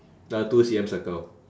the two C_M circle